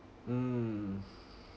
mm